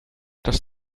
does